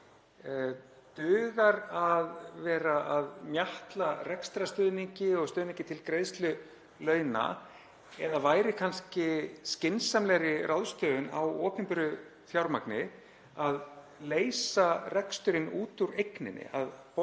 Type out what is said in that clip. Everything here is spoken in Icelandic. Dugar að vera að mjatla rekstrarstuðningi og stuðningi til greiðslu launa eða væri kannski skynsamlegri ráðstöfun á opinberu fjármagni að leysa reksturinn út úr eigninni, að borga